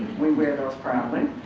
we wear those proudly.